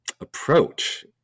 approach